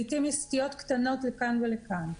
לעתים יש סטיות קטנות לכאן ולכאן.